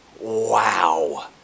Wow